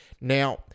Now